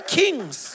kings